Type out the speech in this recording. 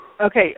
Okay